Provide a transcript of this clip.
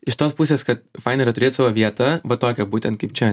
iš tos pusės kad faina yra turėt savo vietą va tokią būtent kaip čia